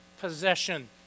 possession